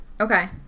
Okay